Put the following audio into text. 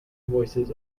voices